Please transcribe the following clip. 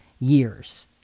years